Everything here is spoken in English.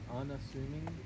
unassuming